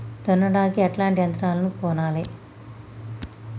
దున్నడానికి ఎట్లాంటి యంత్రాలను కొనాలే?